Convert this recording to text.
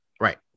Right